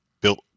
built